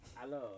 Hello